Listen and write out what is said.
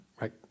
right